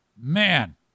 Man